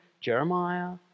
Jeremiah